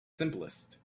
simplest